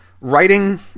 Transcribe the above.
writing